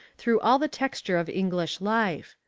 through all the texture of english life.